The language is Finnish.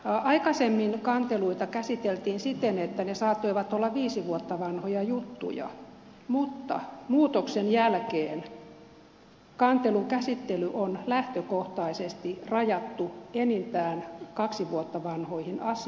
aikaisemmin kanteluita käsiteltiin siten että ne saattoivat olla viisi vuotta vanhoja juttuja mutta muutoksen jälkeen kantelujen käsittely on lähtökohtaisesti rajattu enintään kaksi vuotta vanhoihin asioihin